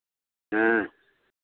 हाँ